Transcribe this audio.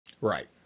Right